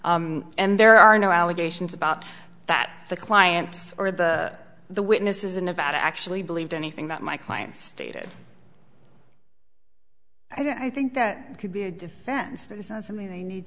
torts and there are no allegations about that the clients or the the witnesses in nevada actually believe anything that my client stated i think that could be a defense but it's not something they need